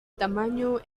tamaño